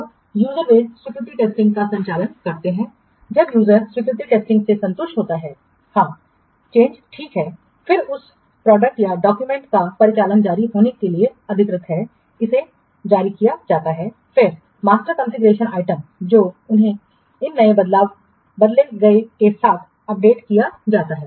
तब यूजर वे स्वीकृति टेस्टिंग का संचालन करते हैं जब यूजर स्वीकृति टेस्टिंग से संतुष्ट होता है हाँ चेंजठीक है फिर उस उत्पाद या डाक्यूमेंट्स का परिचालन जारी होने के लिए अधिकृत है इसे जारी किया जाता है और फिर मास्टर कॉन्फ़िगरेशन आइटम जो उन्हें इन नए बदले गए के साथ अपडेट किया जाता है